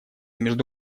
между